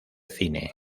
cine